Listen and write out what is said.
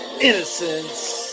innocence